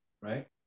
right